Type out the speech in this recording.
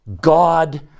God